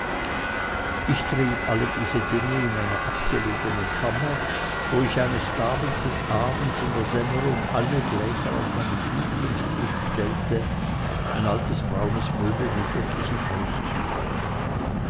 ich trieb diese dinge alle in einer abgelegenen kammer wo ich eines abends in der dämmerung alle gläser auf meinen lieblingstisch stellte ein altes braunes möbel mit etlichen auszügen